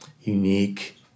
unique